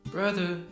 Brother